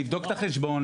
לבדוק את החשבון,